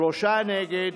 שלושה נגד.